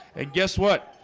and guess what?